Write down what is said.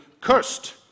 cursed